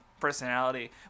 personality